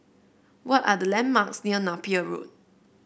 what are the landmarks near Napier Road